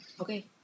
Okay